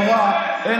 סגן השר קארה, תודה.